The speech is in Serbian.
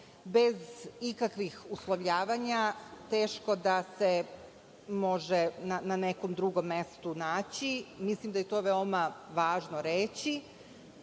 bez ikakvih uslovljavanja teško da se može na nekom drugom mestu naći. Mislim da je to veoma važno reći.